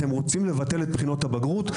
אתם רוצים לבטל את בחינות הבגרות?